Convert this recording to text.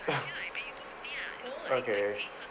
okay